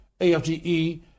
AFGE